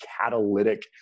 catalytic